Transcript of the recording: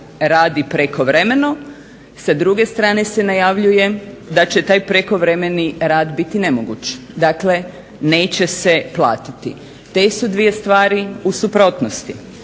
radi prekovremeno, sa druge strane se najavljuje da će taj prekovremeni rad biti nemoguće, dakle neće se platiti. Te su dvije stvari u suprotnosti,